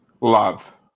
Love